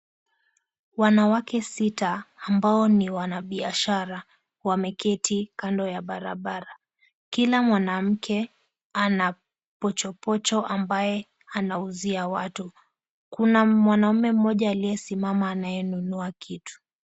Wanawake sita ambao ni wanabiashara wameketi kando ya barabara. Kila mwanamke ana pocho pocho ambaye anauzia watu. Kuna mwanaume mmoja aliyesimama anayenunua kitu.